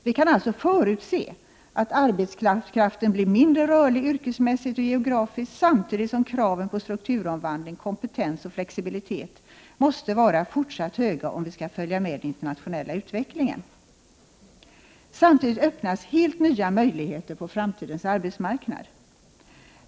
Vi kan alltså förutse att arbetskraften blir mindre rörlig yrkesmässigt och geografiskt samtidigt som kraven på strukturomvandling, kompetens och flexibilitet måste vara fortsatt höga om vi skall följa med i den internationella utvecklingen. Samtidigt öppnas helt nya möjligheter på framtidens arbetsmarknad.